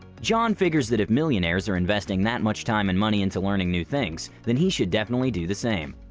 john figures that if millionaires are investing that much time and money into learning new things then he should definitely do the same.